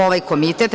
Ovaj komitet